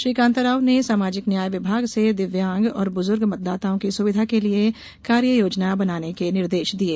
श्री कांताराव ने सामाजिक न्याय विभाग से दिव्यांग और बुजुर्ग मतदाताओं की सुविधा के लिये कार्ययोजना बनाने के निर्देश दिये